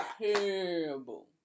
terrible